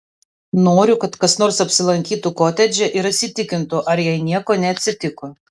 noriu kad kas nors apsilankytų kotedže ir įsitikintų ar jai nieko neatsitiko